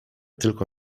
tylko